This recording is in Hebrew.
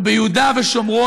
הוא ביהודה ושומרון,